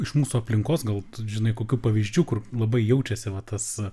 iš mūsų aplinkos gal tu žinai kokių pavyzdžių kur labai jaučiasi va tas